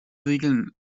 regeln